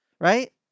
Right